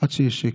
עד שיש שקט.